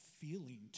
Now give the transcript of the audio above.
feeling